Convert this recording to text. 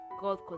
God